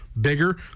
bigger